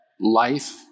life